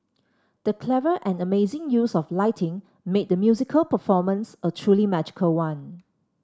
the clever and amazing use of lighting made the musical performance a truly magical one